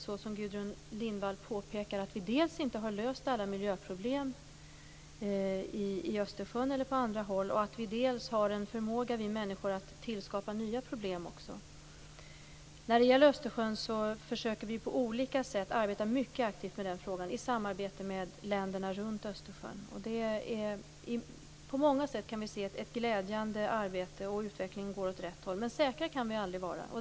Som Gudrun Lindvall har påpekat har vi dels inte löst alla miljöproblem i Östersjön, dels har vi människor en förmåga att skapa nya problem. Vi försöker att arbeta aktivt med denna fråga i samarbete med länderna runt Östersjön. På många sätt kan vi se ett glädjande arbete, och utvecklingen går åt rätt håll. Men säkra kan vi aldrig vara.